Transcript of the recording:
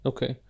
Okay